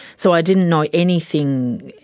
so i didn't know anything,